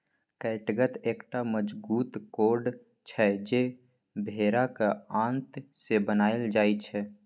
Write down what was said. कैटगत एकटा मजगूत कोर्ड छै जे भेराक आंत सँ बनाएल जाइ छै